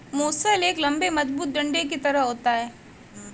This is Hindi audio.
मूसल एक लम्बे मजबूत डंडे की तरह होता है